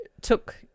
took